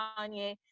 Kanye